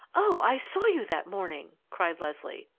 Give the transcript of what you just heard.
oh, i saw you that morning! cried leslie.